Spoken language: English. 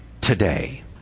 today